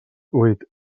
huit